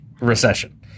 recession